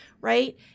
right